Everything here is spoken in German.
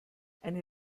eine